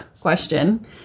question